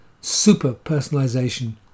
Super-personalization